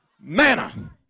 Manna